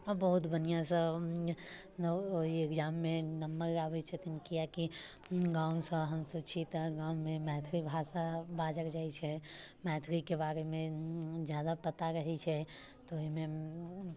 आ बहुत बढ़िआँसँ एग्जाममे नम्बर लाबैत छथिन किआकि गाँवसँ हमसब छी तऽ गाँवमे मैथिली भाषा बाजल जाइत छै मैथिलीके बारेमे जादा पता रहैत छै तऽ ओहिमे